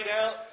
out